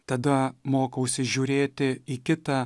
tada mokausi žiūrėti į kitą